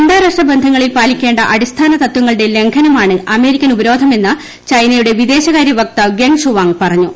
അന്താരാഷ്ട്ര ബന്ധങ്ങളിൽ പാലിക്കേണ്ട അടിസ്ഥാന തത്വങ്ങളുടെ ലംഘനമാണ് അമേരിക്കൻ ഉപരോധമെന്ന് ചൈനയുടെ വിദേശകാരൃവക്താവ് ഗെങ് ഷുവാങ് പറഞ്ഞു